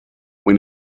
when